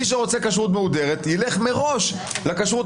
מי שרוצה כשרות מהודרת ילך מראש לכשרות